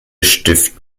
stift